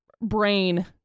brain